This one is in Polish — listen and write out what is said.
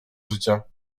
życia